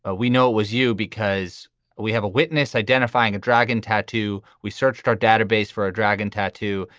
ah we know it was you because we have a witness identifying a dragon tattoo. we searched our database for a dragon tattoo.